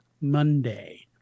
Monday